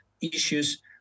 issues